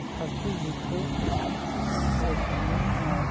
थाखो जिखौ फरायखांनायनि उनाव